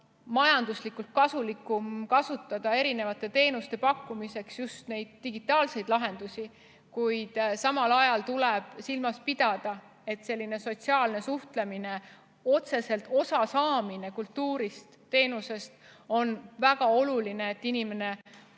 majanduslikult kasulikum kasutada teenuste pakkumiseks just digitaalseid lahendusi, kuid samal ajal tuleb silmas pidada, et sotsiaalne suhtlemine, otseselt osasaamine kultuurist ja teenustest on väga oluline, et inimene